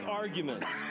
arguments